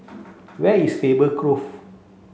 where is Faber Grove